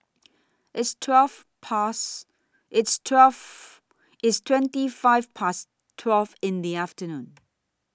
its twelve Past its twelve its twenty five Past twelve in The afternoon